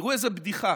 תראו איזו בדיחה,